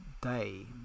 day